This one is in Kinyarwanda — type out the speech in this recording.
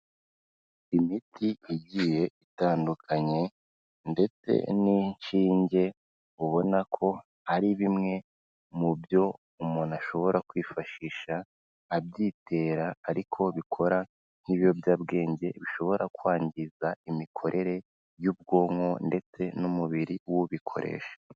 Imiti igiye itandukanye ndetse n'inshinge ubona ko ari bimwe mu byo umuntu ashobora kwifashisha, abyitera ariko bikora nk'ibiyobyabwenge bishobora kwangiza imikorere y'ubwonko ndetse n'umubiri w'ubikoresha.